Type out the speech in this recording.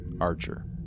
Archer